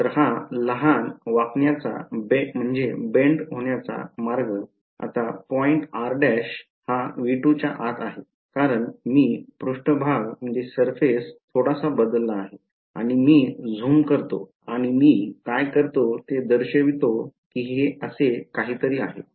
तर हा लहान वाकण्याचाबेंड मार्ग आता पॉईंट r' हा V2 च्या आत आहे कारण मी पृष्ठभाग थोडासा बदलला आहे आणि मी झूम करतो आणि मी काय करतो ते दर्शविते की असे काहीतरी आहे